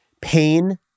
Pain